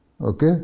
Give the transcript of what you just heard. Okay